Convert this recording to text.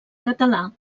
català